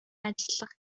ажиллах